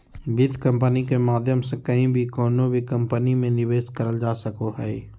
वित्त कम्पनी के माध्यम से कहीं भी कउनो भी कम्पनी मे निवेश करल जा सको हय